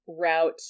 route